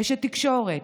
אשת תקשורת,